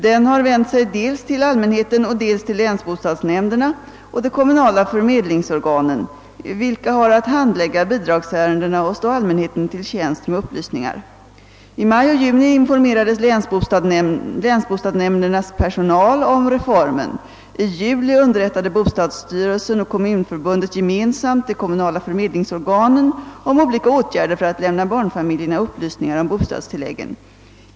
Den har vänt sig dels till allmänheten, dels till länsbostadsnämnderna och de kommunala förmedlingsorganen, vilka har att handlägga bidragsärendena och stå allmänheten till tjänst med upplysningar. I maj och juni informerades länsbostadsnämndernas personal om reformen. I juli underrättade bostadsstyrelsen och Kommunförbundet gemensamt de kommunala förmedlingsorganen om olika åtgärder för att lämna barnfamiljerna upplysningar om bostadstillläggen.